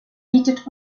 bietet